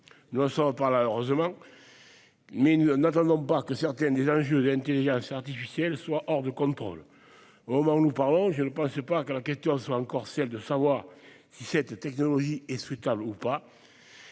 Nous n'en sommes pas là, heureusement, mais n'attendons pas que certains des enjeux de l'intelligence artificielle soient hors de contrôle. Au moment où nous parlons, je ne pense pas que la question soit encore celle de savoir si cette technologie est souhaitable ou non.